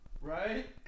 Right